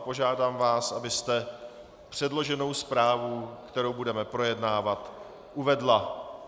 Požádám vás, abyste předloženou zprávu, kterou budeme projednávat, uvedla.